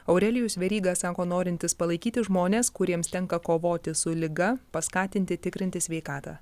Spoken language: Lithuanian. aurelijus veryga sako norintis palaikyti žmones kuriems tenka kovoti su liga paskatinti tikrinti sveikatą